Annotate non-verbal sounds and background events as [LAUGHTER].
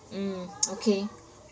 mm [NOISE] okay